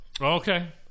Okay